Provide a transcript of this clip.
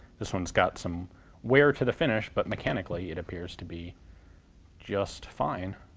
this one's got some wear to the finish, but mechanically it appears to be just fine,